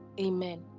amen